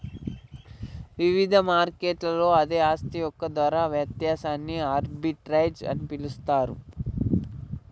ఇవిధ మార్కెట్లలో అదే ఆస్తి యొక్క ధర వ్యత్యాసాన్ని ఆర్బిట్రేజ్ అని పిలుస్తరు